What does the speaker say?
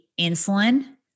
insulin